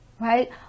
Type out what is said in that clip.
right